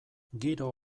giro